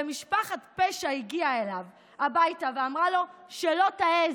ומשפחת פשע הגיעה אליו הביתה ואמרה לו: שלא תעז,